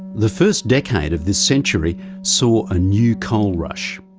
the first decade of this century saw a new coal rush.